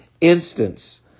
instance